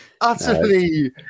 utterly